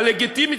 הלגיטימית,